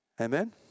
Amen